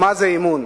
מה זה אמון.